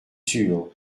sûre